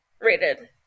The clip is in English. rated